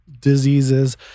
diseases